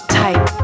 type